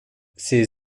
ses